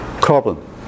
carbon